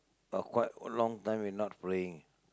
a quite long time you not praying